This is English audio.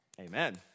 Amen